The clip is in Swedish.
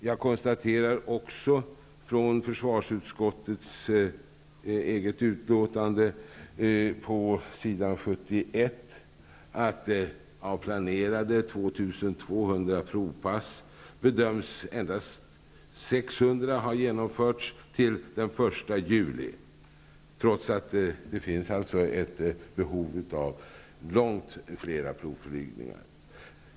Jag konstaterar också, enligt försvarsutskottets betänkande på s. 71, att av planerade 2 200 provpass bedöms endast 600 ha genomförts till den 1 juli, trots att det finns ett behov av långt fler provflygningar.